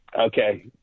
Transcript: Okay